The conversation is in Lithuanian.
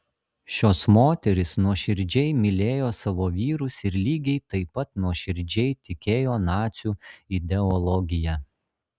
šios moterys nuoširdžiai mylėjo savo vyrus ir lygiai taip pat nuoširdžiai tikėjo nacių ideologija